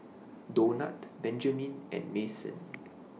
Donat Benjamin and Mason